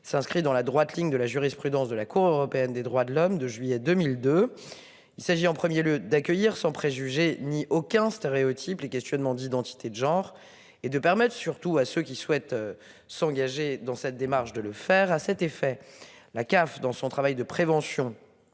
s'inscrit dans la droite ligne de la jurisprudence de la Cour européenne des droits de l'homme de juillet 2002. Il s'agit en 1er lieu d'accueillir sans préjugés ni aucun stéréotype les questionnements d'identité de genre et de permettent surtout à ceux qui souhaitent. S'engager dans cette démarche de le faire à cet effet la CAF dans son travail de prévention.